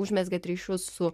užmezgėt ryšius su